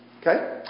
Okay